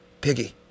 Piggy